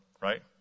right